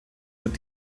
wird